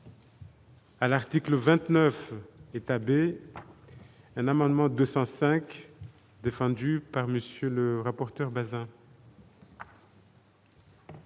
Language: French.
à l'article 29 États B l'amendement 205 défendu par monsieur le rapporteur Bazin.